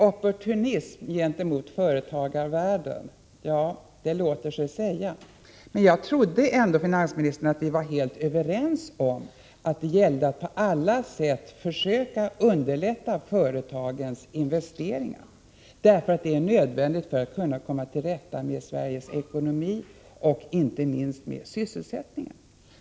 Opportunism gentemot företagarvärlden låter sig säga, men jag trodde ändå, finansministern, att vi var helt överens att det nu gäller att på alla sätt försöka underlätta företagens investeringar. Detta är nämligen nödvändigt för att komma till rätta med Sveriges ekonomi och inte minst med sysselsättningen.